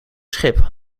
schip